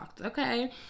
okay